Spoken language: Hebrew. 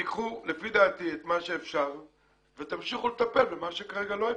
תיקחו לפי דעתי את מה שאפשר ותמשיכו לטפל במה שכרגע לא אפשרי.